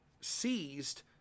seized